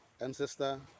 ancestor